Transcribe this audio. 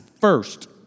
first